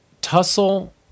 Tussle